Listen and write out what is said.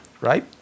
right